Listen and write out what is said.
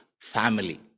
family